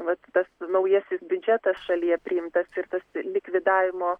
vat tas naujasis biudžetas šalyje priimtas ir tas likvidavimo